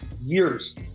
years